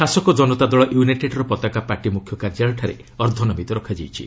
ଶାସକ ଜନତା ଦଳ ୟୁନାଇଟେଡ୍ର ପତାକା ପାର୍ଟି ମୁଖ୍ୟ କାର୍ଯ୍ୟାଳୟଠାରେ ଅର୍ଦ୍ଧନମିତ ରଖାଯାଇଛି